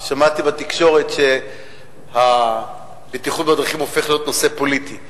שמעתי בתקשורת שהבטיחות בדרכים הופכת להיות נושא פוליטי,